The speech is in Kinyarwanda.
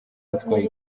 atwaye